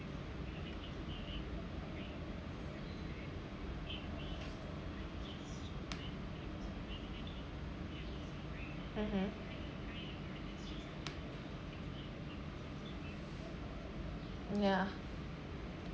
mmhmm ya